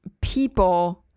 people